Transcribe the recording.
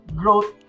growth